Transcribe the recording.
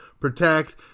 protect